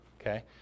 Okay